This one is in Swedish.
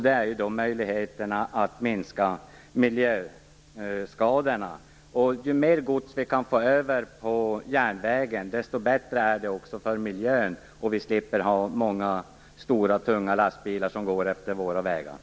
Den gäller möjligheterna att minska miljöskadorna. Ju mer gods vi kan transportera på järnvägen, desto bättre är det för miljön. Då slipper vi många tunga lastbilar som kör utefter vägarna.